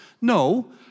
No